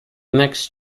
next